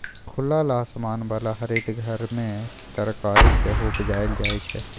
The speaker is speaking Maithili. खुलल आसमान बला हरित घर मे तरकारी सेहो उपजाएल जाइ छै